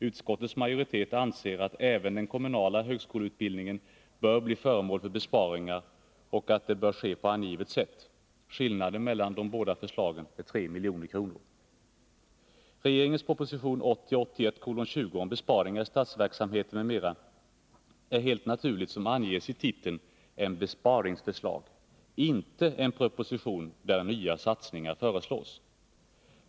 Utskottets majoritet anser att även den kommunala högskoleutbildningen bör bli föremål för besparingar och att det bör ske på angivet sätt. Skillnaden mellan de båda förslagen är 3 milj.kr. Regeringens proposition 1980/81:20 om besparingar i statsverksamheten m.m. är, som anges i titeln, ett besparingsförslag — inte en proposition där nya satsningar föreslås.